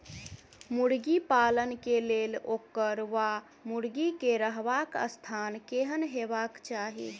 मुर्गी पालन केँ लेल ओकर वा मुर्गी केँ रहबाक स्थान केहन हेबाक चाहि?